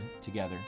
together